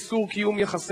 שרים נגד,